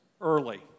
early